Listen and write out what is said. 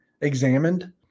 examined